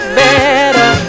better